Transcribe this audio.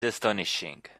astonishing